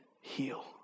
heal